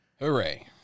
Hooray